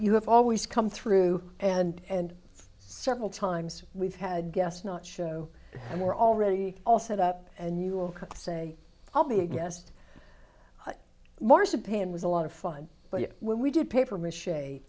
you have always come through and several times we've had guests not show and we're already all set up and you will say i'll be a guest more sapan was a lot of fun but when we did paper mach